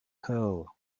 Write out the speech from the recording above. pearl